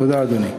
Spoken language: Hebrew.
תודה, אדוני.